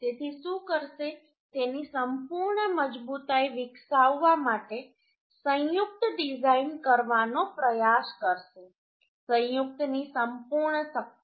તેથી શું કરશે તેની સંપૂર્ણ મજબૂતાઈ વિકસાવવા માટે સંયુક્ત ડિઝાઇન કરવાનો પ્રયાસ કરશે સંયુક્તની સંપૂર્ણ શક્તિ